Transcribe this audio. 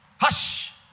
hush